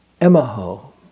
Emaho